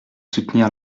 soutenir